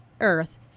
earth